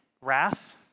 wrath